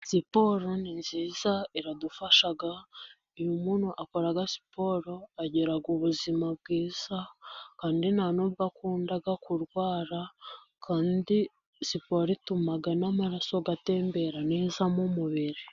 Siporo ni nziza iradufasha, iyo umuntu akora siporo agira ku ubuzima bwiza, kandi ntabwo akunda kurwara kandi siporo ituma n'amaraso agatembera neza mu mubiri.